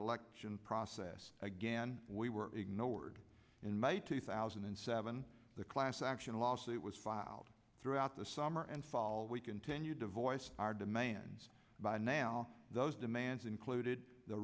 election process again we were ignored in may two thousand and seven the class action lawsuit was filed throughout the summer and fall we continued to voice our demands by now those demands included the